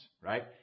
right